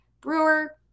Brewer